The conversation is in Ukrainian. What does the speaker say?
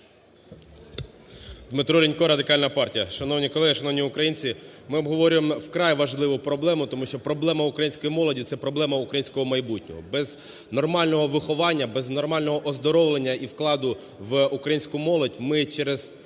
Дмитро Лінько, Радикальна партія. Шановні колеги, шановні українці, ми обговорюємо вкрай важливу проблему, тому що проблема української молоді – це проблема українського майбутнього. Без нормального виховання, без нормального оздоровлення і вкладу в українську молодь ми через